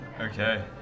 okay